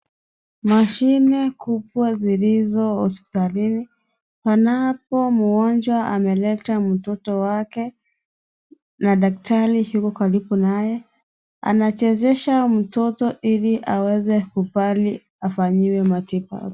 Mashine kubwa zilizo hospitalini panapo mgonjwa ameleta mtoto wake na daktari yuko karibu naye, anachezesha mtoto ili kubali afanyiwe matibabu.